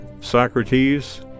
Socrates